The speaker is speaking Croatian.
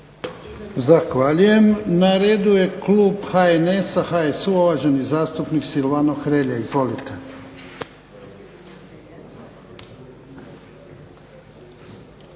Zahvaljujem. Na redu je Klub HNS HSU-a uvaženi zastupnik Silvano Hrelja. Izvolite.